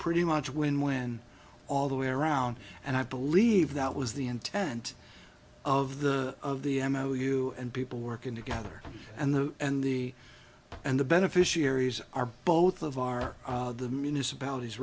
pretty much win win all the way around and i believe that was the intent of the of the m o you and people working together and the and the and the beneficiaries are both of our the municipalities